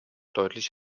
deutlich